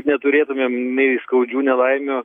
neturėtumėm nei skaudžių nelaimių